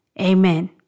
amen